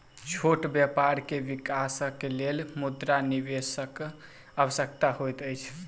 छोट व्यापार के विकासक लेल मुद्रा निवेशकक आवश्यकता होइत अछि